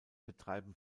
betreiben